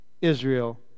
Israel